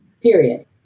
Period